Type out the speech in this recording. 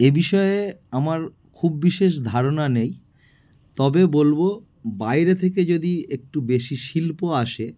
এ বিষয়ে আমার খুব বিশেষ ধারণা নেই তবে বলবো বাইরে থেকে যদি একটু বেশি শিল্প আসে